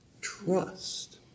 Trust